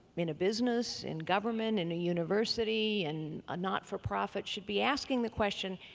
in a business, in government, in a university, in a not-for-profit should be asking the question,